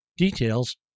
Details